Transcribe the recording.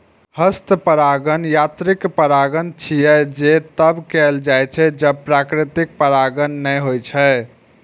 हस्त परागण यांत्रिक परागण छियै, जे तब कैल जाइ छै, जब प्राकृतिक परागण नै होइ छै